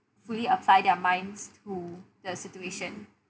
fully apply their minds to the situation